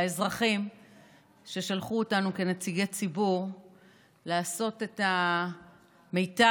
האזרחים ששלחו אותנו כנציגי הציבור לעשות את המיטב,